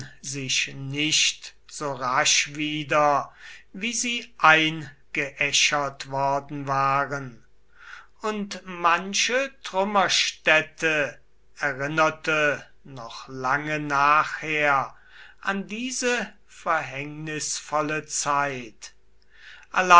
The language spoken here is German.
sich nicht so rasch wieder wie sie eingeäschert worden waren und manche trümmerstätte erinnerte noch lange nachher an diese verhängnisvolle zeit